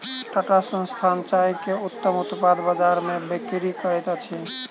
टाटा संस्थान चाय के उत्तम उत्पाद बजार में बिक्री करैत अछि